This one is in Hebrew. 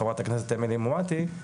חברת הכנסת אמילי מואטי,